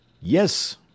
Yes